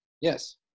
yes